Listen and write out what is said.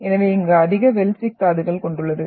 எனவே இங்கு அதிக ஃபெல்சிக் தாதுக்களைக் கொண்டுள்ளது